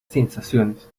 sensaciones